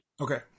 okay